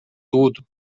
tudo